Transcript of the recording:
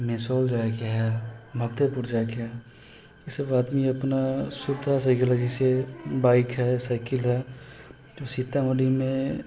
मेसोर जाइके हइ मक्तेपुर जाइके हइ ईसब आदमी अपना सुविधासँ गेलै जइसे बाइक हइ साइकिल हइ तऽ सीतामढ़ीमे